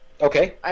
Okay